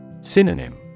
Synonym